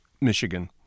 Michigan